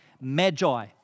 Magi